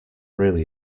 really